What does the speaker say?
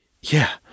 Yeah